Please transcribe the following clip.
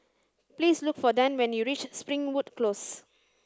please look for Dan when you reach Springwood Close